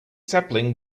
sapling